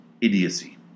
idiocy